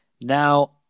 Now